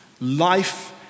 life